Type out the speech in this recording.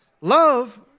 Love